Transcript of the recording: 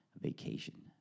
vacation